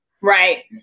Right